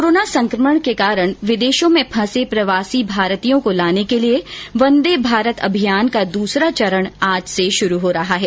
corona संकमण के कारण विदेशों में फंसे प्रवासी भारतियों को लाने के लिए वंदे भारत अभियान का दूसरा चरण आज से शुरू हो रहा है